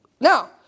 Now